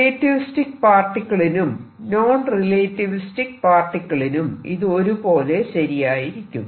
relativistic പാർട്ടിക്കിളിനും non relativistic പാർട്ടിക്കിളിനും ഇത് ഒരുപോലെ ശരിയായിരിക്കും